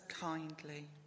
kindly